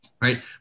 Right